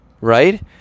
right